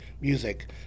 Music